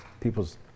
people's